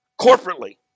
corporately